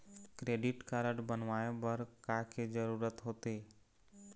Credit card बनवाए बर का के जरूरत होते?